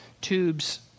tubes